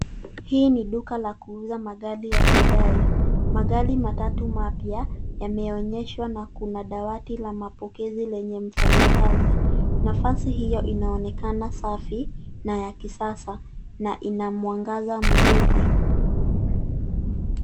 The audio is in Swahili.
Hii ni duka la kuuza magari ya Hyundai. Magari matatu mapya yameonyeshwa na kuna dawati la mapokezi lenye mfanyakazi. Nafasi hiyo inaonekana safi na ya kisasa na ina mwangaza mzuri.